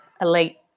elite